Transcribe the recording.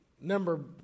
number